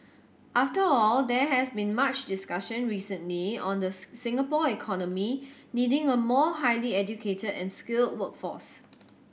after all there has been much discussion recently on the Singapore economy needing a more highly educated and skilled workforce